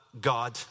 God